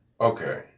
Okay